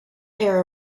pair